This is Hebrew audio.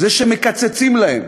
שמקצצים להם,